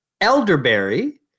elderberry